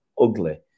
ugly